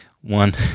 One